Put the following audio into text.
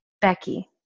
Becky